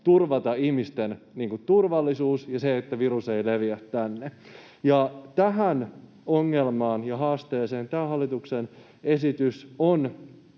turvata ihmisten turvallisuus ja se, että virus ei leviä tänne. Tähän ongelmaan ja haasteeseen tämä hallituksen esitys on